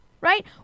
right